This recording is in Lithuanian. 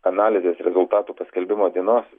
analizės rezultatų paskelbimo dienos